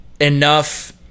enough